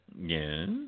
Yes